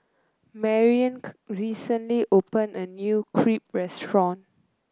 recently opened a new Crepe Restaurant